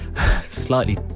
Slightly